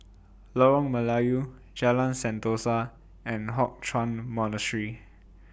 Lorong Melayu Jalan Sentosa and Hock Chuan Monastery